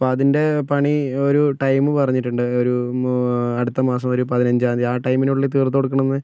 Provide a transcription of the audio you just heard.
അപ്പം അതിൻ്റെ പണി ഒരു ടൈം പറഞ്ഞിട്ടുണ്ട് ഒരു അടുത്ത മാസം ഒരു പതിനഞ്ചാന്തി ആ ടൈമിനുള്ളിൽ തീർത്തു കൊടുക്കണം എന്ന്